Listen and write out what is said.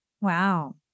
Wow